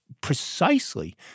precisely